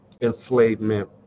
enslavement